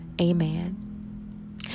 amen